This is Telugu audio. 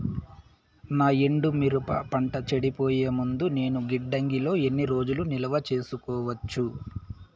నా ఎండు మిరప పంట చెడిపోయే ముందు నేను గిడ్డంగి లో ఎన్ని రోజులు నిలువ సేసుకోవచ్చు?